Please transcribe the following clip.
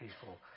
people